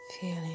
feeling